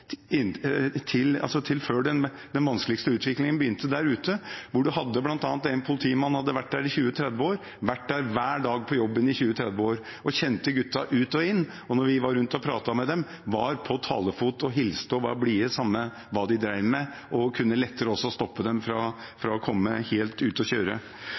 til 2011/2012, altså til før den vanskeligste utviklingen begynte der ute. En hadde bl.a. en politimann som hadde vært der i 20–30 år, vært der hver dag på jobben i 20–30 år og kjente gutta ut og inn. Når vi var rundt og pratet med dem, var de på talefot, hilste og var blide, samme hva de drev med, og en kunne lettere også stoppe dem fra å komme helt ut å kjøre.